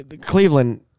Cleveland